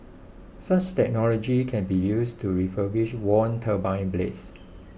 such technology can be used to refurbish worn turbine blades